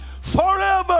forever